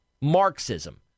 Marxism